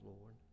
Lord